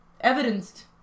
evidenced